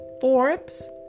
Forbes